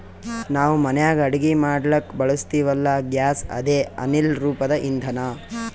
ನಾವ್ ಮನ್ಯಾಗ್ ಅಡಗಿ ಮಾಡ್ಲಕ್ಕ್ ಬಳಸ್ತೀವಲ್ಲ, ಗ್ಯಾಸ್ ಅದೇ ಅನಿಲ್ ರೂಪದ್ ಇಂಧನಾ